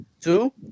two